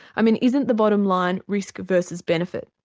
i mean isn't the bottom line risk versus benefit?